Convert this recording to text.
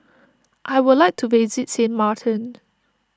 I would like to visit Sint Maarten